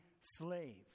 slave